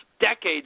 decades